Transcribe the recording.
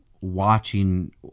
watching